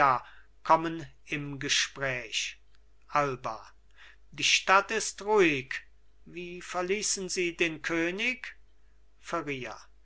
kommen im gespräch alba die stadt ist ruhig wie verließen sie den könig